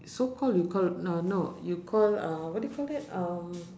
so call you call uh no you call uh what do you call that um